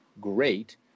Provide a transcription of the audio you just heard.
great